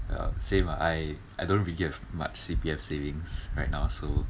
uh same ah I I don't really give much C_P_F savings right now so